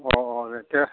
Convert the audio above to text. औ औ दे